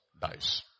dies